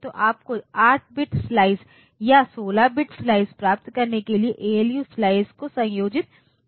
तो आपको 8 bit slice या 16 बिट स्लाइस प्राप्त करने के लिए एएलयू स्लाइस को संयोजित करना होगा